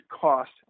cost